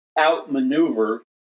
outmaneuver